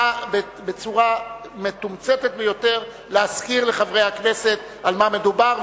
נא בצורה מתומצתת ביותר להזכיר לחברי הכנסת במה מדובר,